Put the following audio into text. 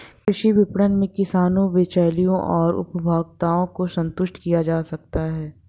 कृषि विपणन में किसानों, बिचौलियों और उपभोक्ताओं को संतुष्ट किया जा सकता है